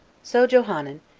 so johanan,